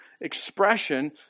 expression